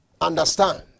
understand